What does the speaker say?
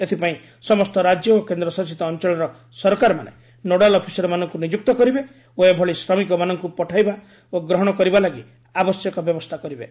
ଏଥିପାଇଁ ସମସ୍ତ ରାଜ୍ୟ ଓ କେନ୍ଦ୍ରଶାସିତ ଅଞ୍ଚଳର ସରକାରମାନେ ନୋଡାଲ ଅଫିସରମାନଙ୍କୁ ନିଯୁକ୍ତି କରିବେ ଓ ଏଭଳି ଶ୍ରମିକମାନଙ୍କୁ ପଠାଇବା ଓ ଗ୍ରହଣ କରିବା ଲାଗି ଆବଶ୍ୟକ ବ୍ୟବସ୍ଥା କରିବେ